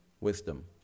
wisdom